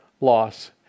loss